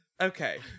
okay